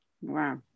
Wow